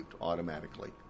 automatically